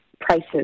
prices